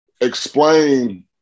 explain